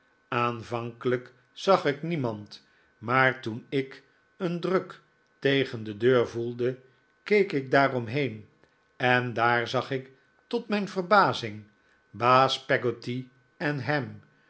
aanvankelijk zag ik niemand maar toen ik een druk tegen de deur voelde keek ik daaromheen en daar zag ik tot mijn verbazing baas peggotty en ham